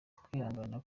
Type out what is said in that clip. kwihangana